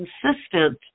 consistent